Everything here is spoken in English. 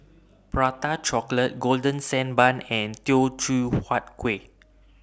Prata Chocolate Golden Sand Bun and Teochew Huat Kueh